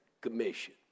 Commission